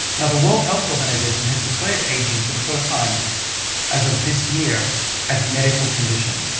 now, the world health organization has declared aging for the first time as of this year as a medical condition.